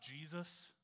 Jesus